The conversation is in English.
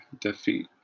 defeat